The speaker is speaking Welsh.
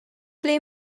ble